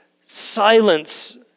silence